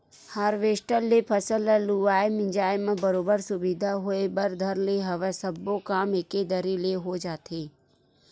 harvester ले फसल ल लुवाए मिंजाय म बरोबर सुबिधा होय बर धर ले हवय सब्बो काम एके दरी ले हो जाथे